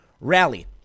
rally